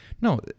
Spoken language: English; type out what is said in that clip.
No